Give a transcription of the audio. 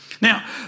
Now